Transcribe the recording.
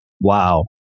Wow